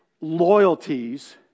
loyalties